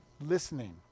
listening